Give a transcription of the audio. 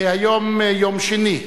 היום יום שני,